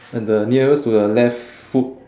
and the nearest to the left foot